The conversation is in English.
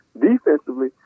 defensively